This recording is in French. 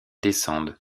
descendent